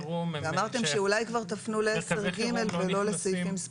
ואמרתם שאולי כבר תפנו ל-10(ג) ולא לסעיפים ספציפיים.